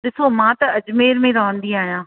ॾिसो मां त अजमेर में रहंदी आहियां